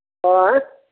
ऑंय